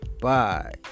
Bye